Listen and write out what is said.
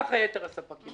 וכך יתר הספקים.